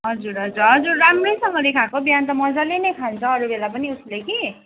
हजुर हजुर हजुर राम्रैसँगले खाएको बिहान त मज्जाले नै खान्छ अरू बेला पनि उसले कि